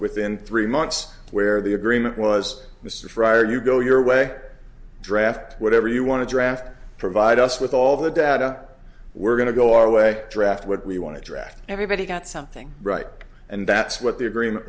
within three months where the agreement was mr fryer you go your way draft whatever you want to draft provide us with all the data we're going to go our way draft what we want to draft everybody got something right and that's what the agreement